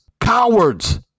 cowards